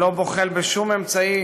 שלא בוחל בשום אמצעי